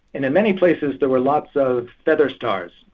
and in many places there were lots of feather stars.